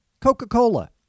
Coca-Cola